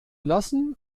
lassen